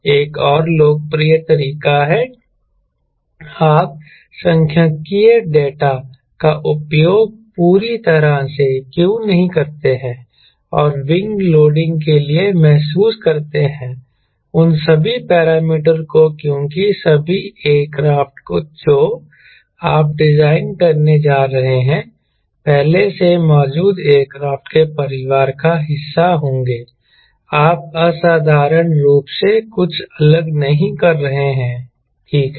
एक और लोकप्रिय तरीका है आप सांख्यिकीय डेटा का उपयोग पूरी तरह से क्यों नहीं करते हैं और विंग लोडिंग के लिए महसूस करते हैं उन सभी पैरामीटर को क्योंकि सभी एयरक्राफ्ट जो आप डिजाइन करने जा रहे हैं पहले से मौजूद एयरक्राफ्ट के परिवार का हिस्सा होंगे आप असाधारण रूप से कुछ अलग नहीं कर रहे हैं ठीक है